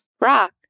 Rock